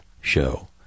show